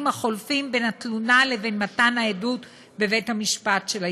החולפים בין התלונה לבין מתן העדות של הילד בבית-המשפט.